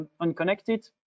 unconnected